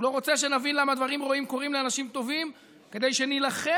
הוא לא רוצה שנבין למה דברים רעים קורים לאנשים טובים כדי שנילחם